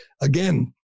Again